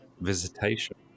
visitation